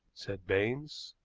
said baines.